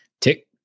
tick